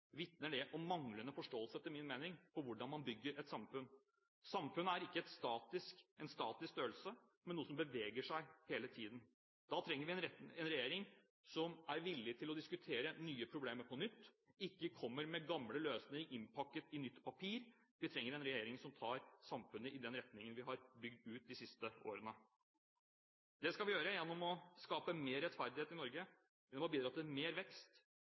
vitner det etter min mening om manglende forståelse for hvordan man bygger et samfunn. Samfunnet er ikke en statisk størrelse, men noe som beveger seg hele tiden. Da trenger vi en regjering som er villig til å diskutere nye problemer på nytt, og ikke kommer med gamle løsninger innpakket i nytt papir. Vi trenger en regjering som tar samfunnet i den retningen vi har bygd det ut de siste årene. Det skal vi gjøre gjennom å skape mer rettferdighet i Norge, gjennom å bidra til mer vekst,